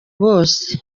bose